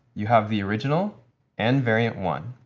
you have the original and variant one.